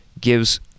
gives